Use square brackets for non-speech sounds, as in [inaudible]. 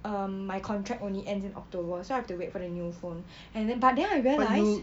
um my contract only end in october so I have to wait for the new phone [breath] and then but then I realise